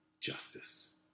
justice